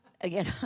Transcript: again